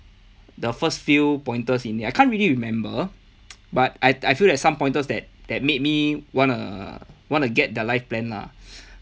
the first few pointers in the I can't really remember but I I feel that some pointers that that made me wanna wanna get the life plan lah